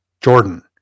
Jordan